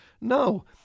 No